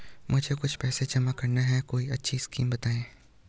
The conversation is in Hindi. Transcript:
मुझे कुछ पैसा जमा करना है कोई अच्छी स्कीम बताइये?